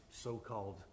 so-called